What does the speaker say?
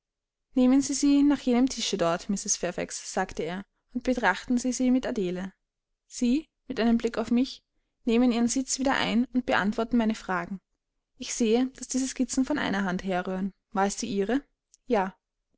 nehmen sie sie nach jenem tische dort mrs fairfax sagte er und betrachten sie sie mit adele sie mit einem blicke auf mich nehmen ihren sitz wieder ein und beantworten meine fragen ich sehe daß diese skizzen von einer hand herrühren war es die ihre ja